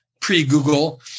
pre-Google